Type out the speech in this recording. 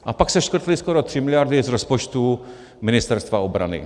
A pak se škrtly skoro 3 mld. z rozpočtu Ministerstva obrany.